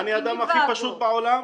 -- אני האדם הכי פשוט בעולם.